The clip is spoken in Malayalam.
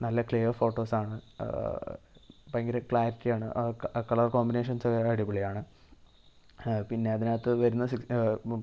നല്ല ക്ലിയർ ഫോട്ടോസാണ് ഭയങ്കര ക്ലാരിറ്റി ആണ് ആ കളർ കോമ്പിനേഷൻസ് വരെ അടിപൊളിയാണ് പിന്നെ അതിനകത്ത് വരുന്ന സെ